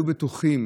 היו בטוחים,